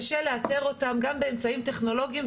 קשה לאתר אותם גם באמצעים טכנולוגיים,